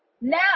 now